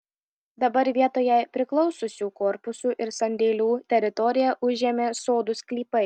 dabar vietoj jai priklausiusių korpusų ir sandėlių teritoriją užėmė sodų sklypai